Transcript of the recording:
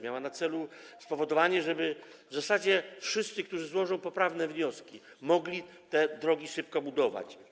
Miała na celu spowodowanie, żeby wszyscy, którzy złożą poprawne wnioski, mogli te drogi szybko budować.